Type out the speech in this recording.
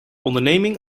onderneming